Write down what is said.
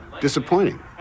disappointing